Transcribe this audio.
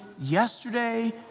yesterday